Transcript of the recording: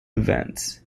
events